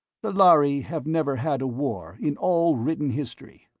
the lhari have never had a war, in all written history.